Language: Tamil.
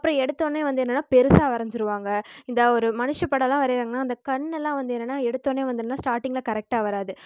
அப்புறம் எடுத்தோன்னே வந்து என்னென்னா பெருசாக வரஞ்சுருவாங்க இந்த ஒரு மனுச படல்லாம் வரையிறாங்கன்னா அந்த கண்ணெல்லாம் வந்து என்னென்னா எடுத்தோன்னே வந்து என்ன ஸ்டார்டிங்கில கரெக்டாக வராது